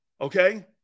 Okay